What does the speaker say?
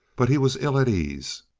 but he was ill at ease.